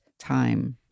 Time